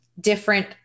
different